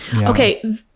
okay